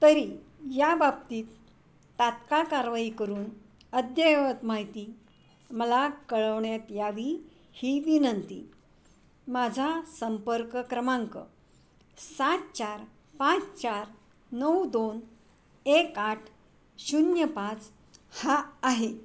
तरी याबाबतीत तात्काळ कारवाई करून अद्ययावत माहिती मला कळवण्यात यावी ही विनंती माझा संपर्क क्रमांक सात चार पाच चार नऊ दोन एक आठ शून्य पाच हा आहे